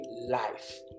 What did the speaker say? life